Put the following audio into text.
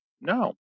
No